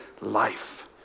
life